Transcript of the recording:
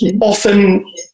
Often